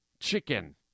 chicken